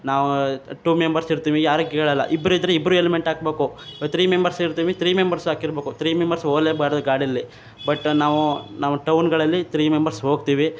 ನಾವು two members ಇರ್ತೀವಿ ಯಾರಿಗೆ ಕೇಳೋಲ್ಲ ಇಬ್ರು ಇದ್ರೆ ಇಬ್ರು ಎಲ್ಮೆಂಟ್ ಹಾಕಬೇಕು ಥ್ರೀ ಮೆಂಬರ್ಸ್ ಇರ್ತೀವಿ ಥ್ರೀ ಮೆಂಬರ್ಸ್ ಹಾಕಿರಬೇಕು ಥ್ರೀ ಮೆಂಬರ್ಸ್ ಹೋಗ್ಲೇಬಾರ್ದು ಗಾಡಿಯಲ್ಲಿ ಬಟ್ ನಾವು ನಾವು ಟೌನ್ಗಳಲ್ಲಿ ಥ್ರೀ ಮೆಂಬರ್ಸ್ ಹೋಗ್ತೀವಿ